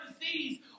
disease